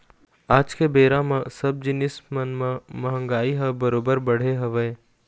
आज के बेरा म सब जिनिस मन म महगाई ह बरोबर बढ़े हवय